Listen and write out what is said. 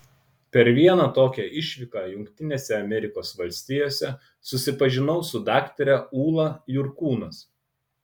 per vieną tokią išvyką jungtinėse amerikos valstijose susipažinau su daktare ūla jurkūnas